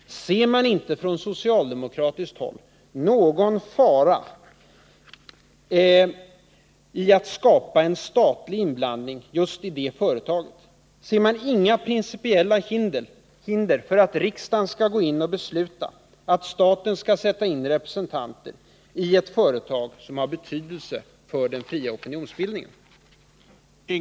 Ser man inte på socialdemokratiskt håll någon fara i att skapa en statlig inblandning i just det företaget? Ser man inga principiella hinder för att riksdagen skall gå in och besluta att staten skall sätta in representanter i ett företag som har betydelse för den fria opinionsbildningen?